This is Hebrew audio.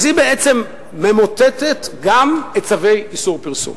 אז היא בעצם ממוטטת גם את צווי איסור הפרסום.